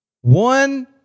one